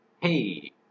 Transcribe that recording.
hey